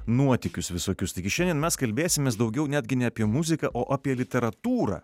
nuotykius visokius taigi šiandien mes kalbėsimės daugiau netgi ne apie muziką o apie literatūrą